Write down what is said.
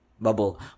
bubble